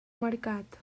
mercat